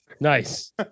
Nice